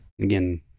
again